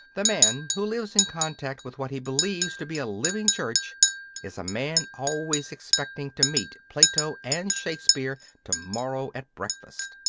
the man who lives in contact with what he believes to be a living church is a man always expecting to meet plato and shakespeare to-morrow at breakfast.